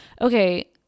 okay